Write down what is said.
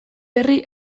berri